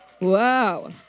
wow